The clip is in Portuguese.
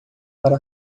para